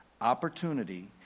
Opportunity